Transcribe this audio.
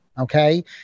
Okay